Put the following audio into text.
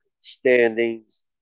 standings